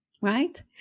right